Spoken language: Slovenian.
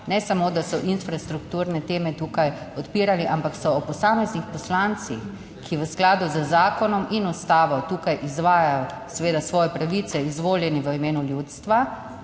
Ne samo, da so infrastrukturne teme tukaj odpirali ampak so o posameznih poslancih, ki v skladu z zakonom in Ustavo tukaj izvajajo seveda svoje pravice izvoljeni v imenu ljudstva